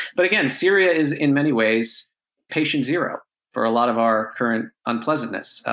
but again, syria is in many ways patient zero for a lot of our current unpleasantness.